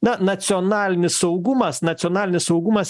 ne nacionalinis saugumas nacionalinis saugumas